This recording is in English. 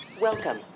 Welcome